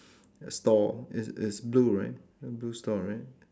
store it's it's blue right blue store right